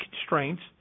constraints